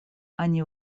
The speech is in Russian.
они